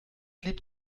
lieb